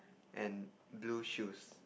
and blue shoes